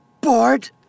Bored